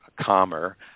calmer